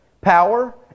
power